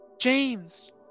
James